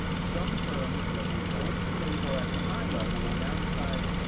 some firms that were going to label at the high level will now decide,